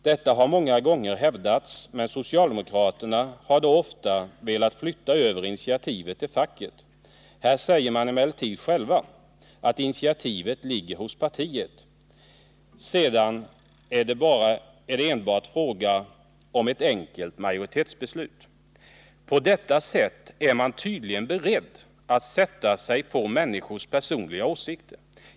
Detta har vi många gånger hävdat, men socialdemokraterna har då oftast velat flytta över initiativet till facket. Här säger de emellertid själva att initiativet ligger hos partiet. Sedan är det enbart fråga om ett enkelt majoritetsbeslut. På detta sätt är man tydigen beredd att sätta sig på människors personliga åsikter.